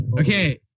Okay